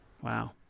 Wow